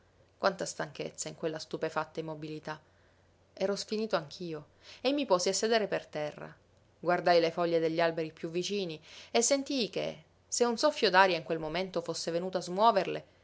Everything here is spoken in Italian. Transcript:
quanta stanchezza in quella stupefatta immobilità ero sfinito anch'io e mi posi a sedere per terra guardai le foglie degli alberi piú vicini e sentii che se un soffio d'aria in quel momento fosse venuto a smuoverle